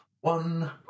one